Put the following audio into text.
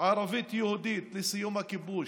ערבית-יהודית לסיום הכיבוש,